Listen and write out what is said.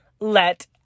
let